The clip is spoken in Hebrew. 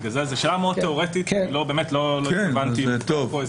זו שאלה מאוד תיאורטית לא התכוונתי לפתוח משהו